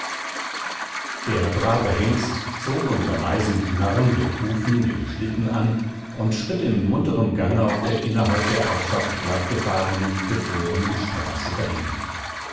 der brave hengst zog unter leisem knarren der kufen den schlitten an und schritt in munterem gange auf der innerhalb der ortschaft glattgefahrenen gefrorenen straße dahin